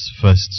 first